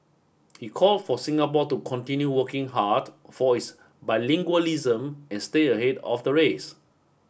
he called for Singapore to continue working hard for its bilingualism and stay ahead of the race